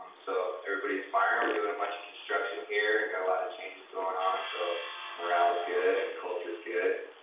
so everybody's firing, we're doing a bunch of construction here and got a lot of changes going on so morale is good and culture is good.